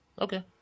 okay